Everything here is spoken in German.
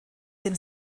dem